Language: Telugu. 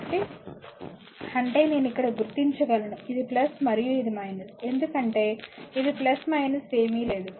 కాబట్టి అంటే నేను ఇక్కడ గుర్తించగలను ఇది మరియు ఇది ఎందుకంటే ఇది ఏమీ లేదు